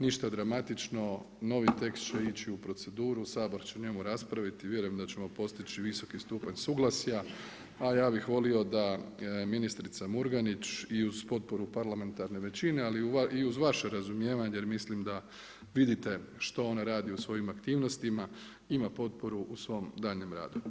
Ništa dramatično, novi tekst će ići u proceduru, Sabor će o njemu raspraviti, vjerujem da ćemo postići visoki stupanj suglasja, a ja bih volio da ministrica Murganić i uz potporu parlamentarne većine, ali i uz vaše razumijevanje jer mislim da vidite što ona radi u svojim aktivnostima ima potporu u svom daljnjem radu.